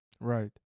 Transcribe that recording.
Right